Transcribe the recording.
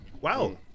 Wow